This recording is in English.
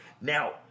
Now